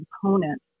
component